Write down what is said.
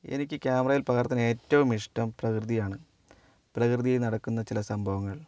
എനിക്ക് ക്യാമറയിൽ പകർത്താൻ ഏറ്റവും ഇഷ്ടം പ്രകൃതിയാണ് പ്രകൃതിയിൽ നടക്കുന്ന ചില സംഭവങ്ങൾ